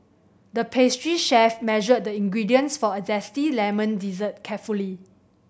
the pastry chef measured the ingredients for a zesty lemon dessert carefully